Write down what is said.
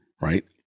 right